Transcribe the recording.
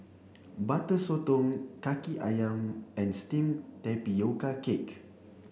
Butter Sotong Kaki Ayam and steamed tapioca cake